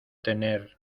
tener